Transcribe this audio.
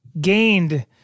gained